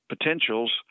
potentials